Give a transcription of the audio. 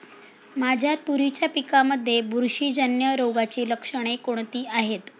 माझ्या तुरीच्या पिकामध्ये बुरशीजन्य रोगाची लक्षणे कोणती आहेत?